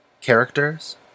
Characters